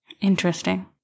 interesting